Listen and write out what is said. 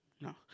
No